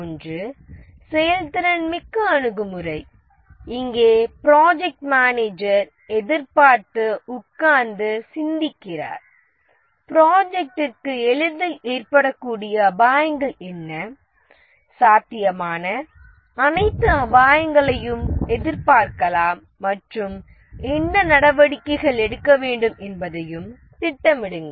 ஒன்று செயல்திறன் மிக்க அணுகுமுறை இங்கே ப்ராஜெக்ட் மேனேஜர் எதிர்பார்த்து உட்கார்ந்து சிந்திக்கிறார் ப்ராஜெக்டிற்கு எளிதில் ஏற்படக்கூடிய அபாயங்கள் என்ன சாத்தியமான அனைத்து அபாயங்களையும் எதிர்பார்க்கலாம் மற்றும் என்ன நடவடிக்கைகள் எடுக்க வேண்டும் என்பதையும் திட்டமிடுங்கள்